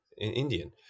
Indian